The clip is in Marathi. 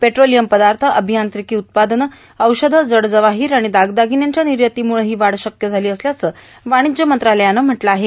पेट्रोोलयम पदाथ अभियांत्रिका उत्पादनं औषधी जडजवाहोर आर्गाण दागदाागन्यांच्या नियातीमुळे हो वाढ शक्य झालो असल्याचं वर्वाणज्य मंत्रालयानं म्हटलं आहे